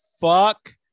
fuck